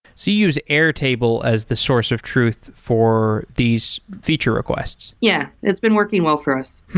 so you use airtable as the source of truth for these feature requests. yeah, it's been working well for us.